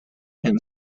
and